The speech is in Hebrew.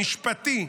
משפטי,